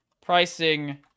pricing